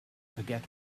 forget